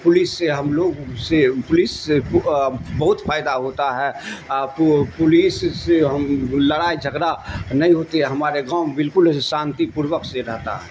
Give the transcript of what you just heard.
police سے ہم لوگ سے پولیس سے بہت فائدہ ہوتا ہے پولیس سے ہم لڑائی جھگڑا نہیں ہوتے ہمارے گاؤں بالکل شانتی پوروک سے رہتا ہے